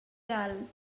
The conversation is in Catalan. dalt